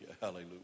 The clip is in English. hallelujah